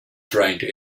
drained